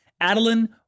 Adeline